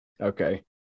Okay